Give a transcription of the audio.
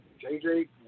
JJ